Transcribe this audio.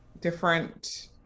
different